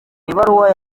ibaruwa